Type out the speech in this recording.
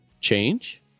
change